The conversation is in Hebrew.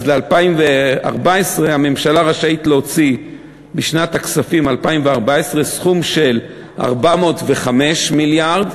אז ב-2014 הממשלה רשאית להוציא בשנת הכספים 2014 סכום של 405 מיליארד,